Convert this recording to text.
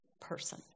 person